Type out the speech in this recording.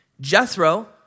Jethro